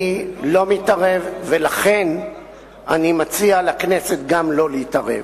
אני לא מתערב, ולכן אני מציע גם לכנסת לא להתערב.